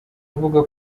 avuga